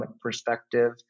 perspective